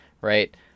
right